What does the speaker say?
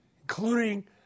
including